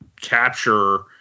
capture